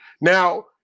Now